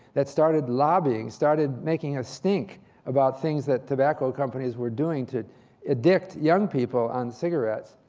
that started lobbying, started making a stink about things that tobacco companies were doing to addict young people on cigarettes.